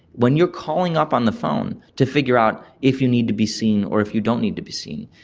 when you are calling up on the phone, to figure out if you need to be seen or if you don't need to be seen.